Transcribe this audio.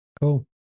Cool